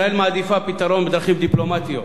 ישראל מעדיפה פתרון בדרכים דיפלומטיות,